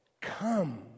Come